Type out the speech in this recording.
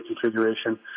configuration